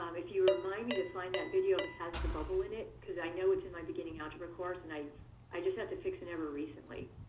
um if you remind me to find that video that has the bubble in it because i know it's in my beginning algebra course i just had to fix an error recently.